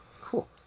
Cool